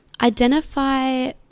Identify